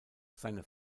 seine